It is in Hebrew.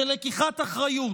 של לקיחת אחריות,